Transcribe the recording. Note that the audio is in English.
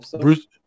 Bruce